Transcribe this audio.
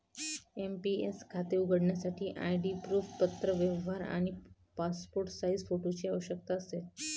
NPS खाते उघडण्यासाठी ID proof, पत्रव्यवहार आणि पासपोर्ट साइज फोटोची आवश्यकता असेल